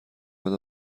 بعد